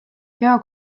hea